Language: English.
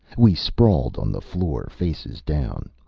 we sprawled on the floor, faces down.